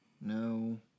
No